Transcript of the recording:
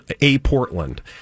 A-Portland